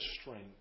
strength